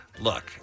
look